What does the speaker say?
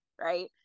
right